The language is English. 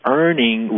earning